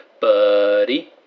buddy